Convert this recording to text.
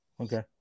Okay